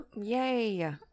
Yay